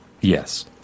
Yes